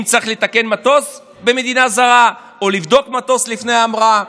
אם צריך לתקן מטוס במדינה זרה או לבדוק את המטוס לפני ההמראה.